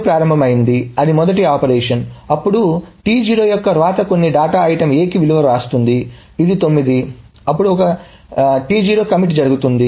ఒక ప్రారంభం T0 ఉంది అది మొదటి ఆపరేషన్ అప్పుడు T0 యొక్క వ్రాత కొన్ని డేటా ఐటెమ్ A కి విలువను వ్రాస్తుంది ఇది 9 అప్పుడు ఒక కమిట్ T0 ఉంటుంది